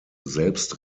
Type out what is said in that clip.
selbst